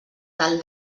del